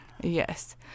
yes